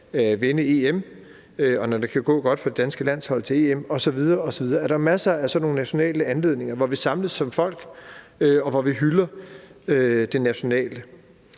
vinde EM, og når det kan gå godt for det danske fodboldlandshold til EM osv., osv. Så der er masser af sådan nogle nationale anledninger, hvor vi samles som folk, og hvor vi hylder det nationale.